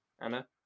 Anna